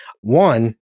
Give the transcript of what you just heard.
One